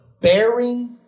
Bearing